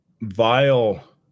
vile